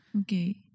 Okay